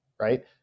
right